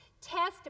Test